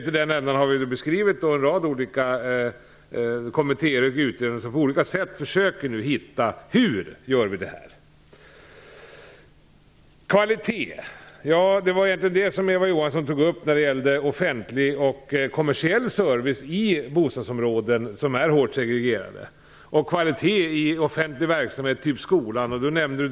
I den änden har vi beskrivit hur en rad kommittéer och utredningar på olika sätt nu försöker finna fram till hur vi skall göra här. Det är egentligen kvaliteten som Eva Johansson tog upp när det gäller offentlig och kommersiell service i bostadsområden som är hårt segregerade. Kvaliteten i offentlig verksamhet, t.ex. i skolan, är aktuell.